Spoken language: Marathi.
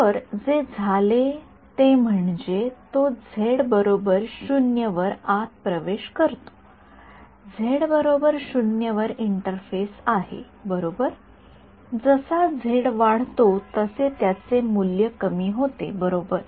तर जे झाले ते म्हणजे तो झेड 0 वर आत प्रवेश करतो झेड 0 वर इंटरफेस आहे बरोबर जसा झेड वाढतो तसे त्याचे मूल्य कमी होते बरोबर